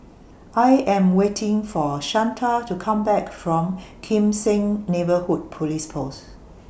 I Am waiting For Shanta to Come Back from Kim Seng Neighbourhood Police Post